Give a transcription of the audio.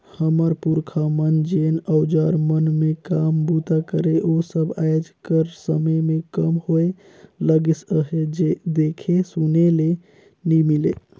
हमर पुरखा मन जेन अउजार मन मे काम बूता करे ओ सब आएज कर समे मे कम होए लगिस अहे, देखे सुने ले नी मिले